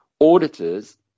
auditors